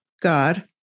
God